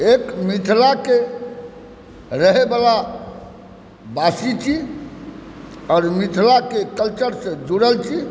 एक मिथिलाके रहएवला वासी छी आओर मिथिलाके कल्चरसंँ जुड़ल छी